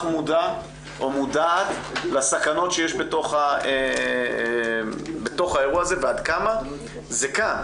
מודע או מודעות לסכנות שיש בתוך האירוע הזה ועד כמה זה כאן,